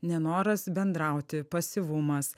nenoras bendrauti pasyvumas